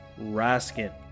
Raskin